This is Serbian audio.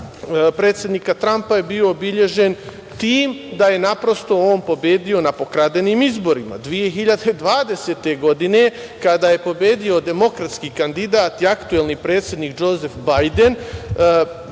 predsednika Trampa je bio obeležen time da je on pobedio na pokradenim izborima. Godine 2020. kada je pobedio demokratski kandidat i aktuelni predsednik Džozef Bajden